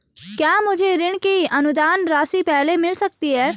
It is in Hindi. क्या मुझे ऋण की अनुदान राशि पहले मिल सकती है?